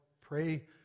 pray